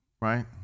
right